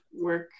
work